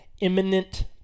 imminent